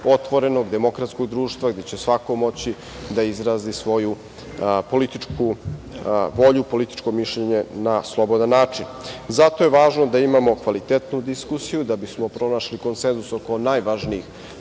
otvorenog demokratskog društva gde će svako moći da izrazi svoju političku volju, političko mišljenje na slobodan način. Zato je važno da imamo kvalitetnu diskusiju da bismo pronašli konsenzus oko najvažnijih